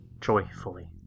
Joyfully